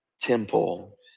temple